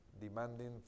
demanding